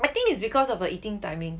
I think it's because of the eating timing